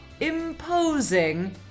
imposing